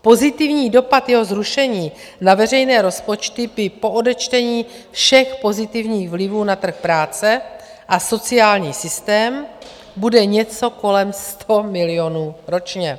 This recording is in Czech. Pozitivní dopad jeho zrušení na veřejné rozpočty po odečtení všech pozitivních vlivů na trh práce a sociální systém bude něco kolem 100 milionů ročně.